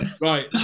Right